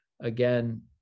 again